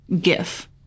gif